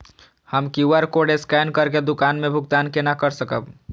हम QR code scan करके दुकान में भुगतान केना कर सकब?